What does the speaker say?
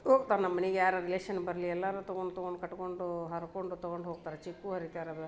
ಹೋಗ್ತಾರ್ ನಮ್ಮ ಮನೆಗೆ ಯಾರೇ ರಿಲೇಶನ್ ಬರಲಿ ಎಲ್ಲರೂ ತಗೊಂಡ್ ತಗೊಂಡ್ ಕಟ್ಕೊಂಡು ಹರ್ಕೊಂಡು ತಗೊಂಡು ಹೋಗ್ತಾರೆ ಚಿಕ್ಕು ಹರಿತಾರೆ ಅದು